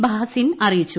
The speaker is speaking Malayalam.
ഭാസിൻ അറിയിച്ചു